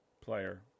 player